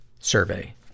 survey